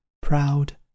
proud